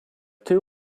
two